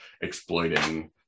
exploiting